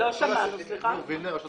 גם בנוסחה